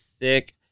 thick